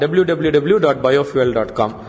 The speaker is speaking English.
www.biofuel.com